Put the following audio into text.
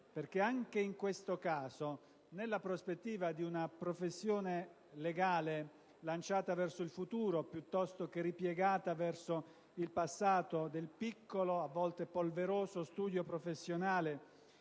Anche in questo caso, ci poniamo nella prospettiva di una professione legale lanciata verso il futuro piuttosto che ripiegata verso il passato del piccolo e a volte polveroso studio professionale,